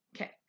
okay